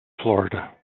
florida